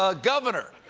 ah governor!